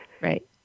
Right